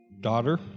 daughter